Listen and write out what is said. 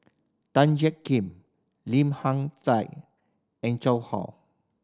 Tan Jiak Kim Lim Hak Tai and Zhang Ho